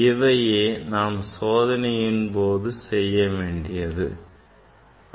இவையே நாம் சோதனையின்போது செய்ய வேண்டியது ஆகும்